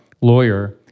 lawyer